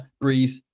breathe